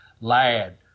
Lad